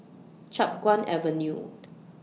Chiap Guan Avenue